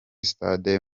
stade